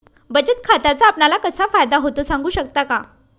बचत खात्याचा आपणाला कसा फायदा होतो? सांगू शकता का?